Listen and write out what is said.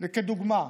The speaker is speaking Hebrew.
כדוגמה.